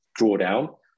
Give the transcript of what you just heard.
drawdown